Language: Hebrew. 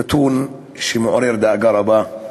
זה נתון שמעורר דאגה רבה,